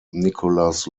nicolas